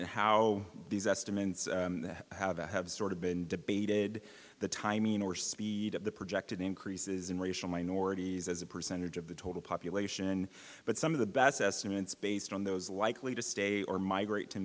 how these estimates have to have sort of been debated the timing or speed of the projected increases in racial minorities as a percentage of the total population but some of the best estimates based on those likely to stay or migrate to